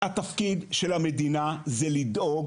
התפקיד של המדינה הוא לדאוג